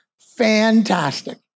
fantastic